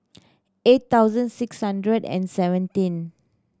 eight thousand six hundred and seventeen